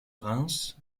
reims